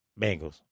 Bengals